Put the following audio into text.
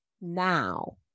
now